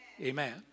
Amen